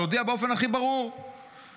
אבל הודיע באופן הכי ברור --- שמבחינתו